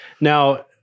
Now